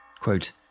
Quote